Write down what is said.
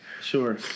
Sure